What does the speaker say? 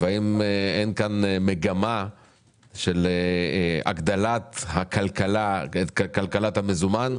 האם אין כאן מגמה של הגדלת כלכלת המזומן,